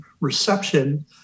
reception